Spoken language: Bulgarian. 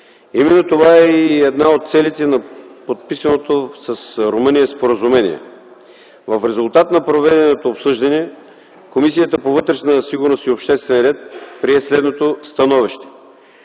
Именно това е и една от целите на подписаното с Румъния споразумение. В резултат на проведеното обсъждане Комисията по вътрешна сигурност и обществен ред прие следното становище: